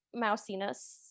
mousiness